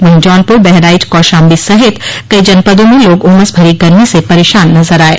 वहीं जौनपुर बहराइच कौशाम्बी सहित कई जनपदों में लोग उमस भरी गर्मी से परेशान नजर आये